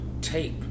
tape